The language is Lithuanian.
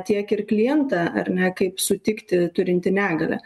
tiek ir klientą ar ne kaip sutikti turintį negalią